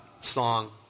song